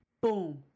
boom